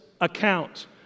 account